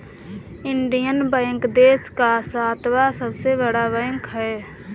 Indian bank देश का सातवां सबसे बड़ा बैंक है